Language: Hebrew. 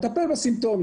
נטפל בסימפטום.